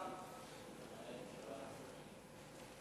בבקשה.